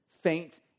faint